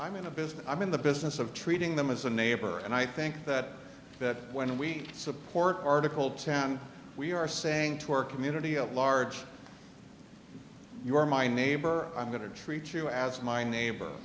i'm in a business i'm in the business of treating them as a neighbor and i think that that when we support article ten we are saying to our community at large you are my neighbor i'm going to treat you as my neighbor